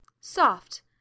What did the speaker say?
Soft